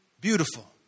beautiful